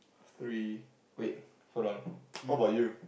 three wait hold on what about you